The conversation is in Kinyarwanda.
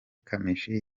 kamichi